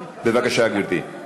בבקשה, גברתי.